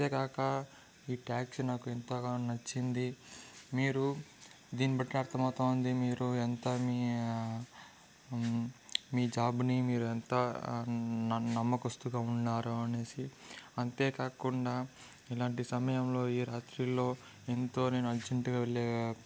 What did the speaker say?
అంతేగాక ఈ ట్యాక్సీ నాకు ఎంతగానో నచ్చింది మీరు దీని బట్టి అర్థమవుతుంది మీరు యంత మీ మీ జాబుని మీరు ఎంత నమ్మకస్తులుగా ఉన్నారు అనేసి అంతేకాకుండా ఇలాంటి సమయంలో ఏ రాత్రుల్లో ఎంతో నేను అర్జంటుగా వెళ్ళే